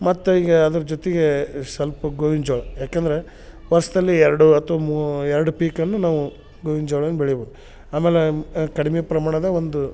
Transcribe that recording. ಮತ್ತು ಈಗ ಅದ್ರ ಜೊತಿಗೆ ಸ್ವಲ್ಪ ಗೋವಿನ ಜ್ವಾಳ ಯಾಕೆಂದ್ರ ವರ್ಷ್ದಲ್ಲಿ ಎರಡು ಅಥ್ವ ಮೂ ಎರಡು ಪೀಕ್ ಅನ್ನು ನಾವು ಗೋವಿನ ಜ್ವಾಳನ ಬೆಳಿಬೋದು ಆಮೇಲೆ ಕಡಿಮೆ ಪ್ರಮಾಣದ ಒಂದು